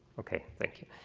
okay. thank you.